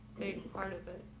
big part of it.